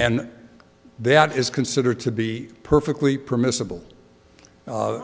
and that is considered to be perfectly permissible